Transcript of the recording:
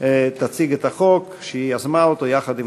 תציג את הצעת החוק שהיא יזמה יחד עם